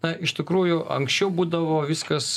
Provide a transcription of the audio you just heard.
na iš tikrųjų anksčiau būdavo viskas